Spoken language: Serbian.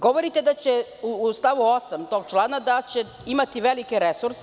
Govorite da će, u stavu 8. tog člana, da će imati velike resurse.